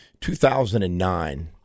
2009